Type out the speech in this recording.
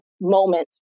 moment